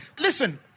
Listen